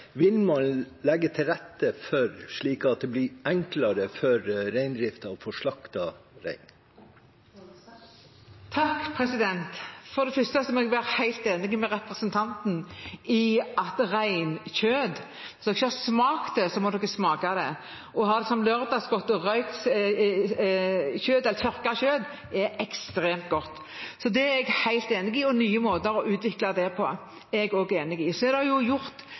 man vil tilrettelegge slik at det blir enklere for reindriften å få slaktet rein. For det første er jeg helt enig med representanten når det gjelder reinkjøtt: Hvis man ikke har smakt det, må man smake det! Ha det som lørdagsgodt – tørket kjøtt er ekstremt godt. Så det er jeg helt enig i, og at man må ha nye måter å utvikle det på, er jeg også enig i. Det er gjort